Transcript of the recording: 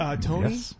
Tony